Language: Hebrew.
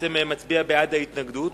בעצם מצביע בעד ההתנגדות.